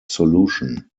solution